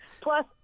Plus